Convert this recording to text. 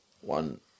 One